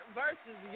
versus